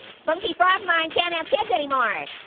funky frog mime can't have kids anymore.